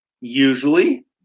usually